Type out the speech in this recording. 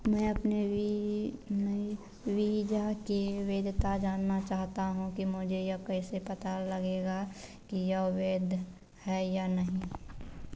मैं अपने वी ई मैं वीजा के वैधता जानना चाहता हूँ कि मुझे यह कैसे पता लगेगा कि यह वैध है या नहीं